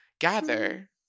gather